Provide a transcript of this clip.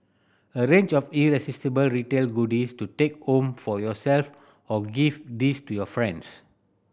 a range of irresistible retail goodies to take home for yourself or gift these to your friends